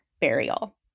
burial